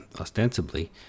ostensibly